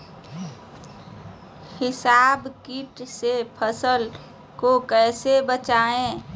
हिसबा किट से फसल को कैसे बचाए?